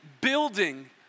building